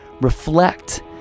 reflect